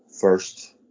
first